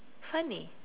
funny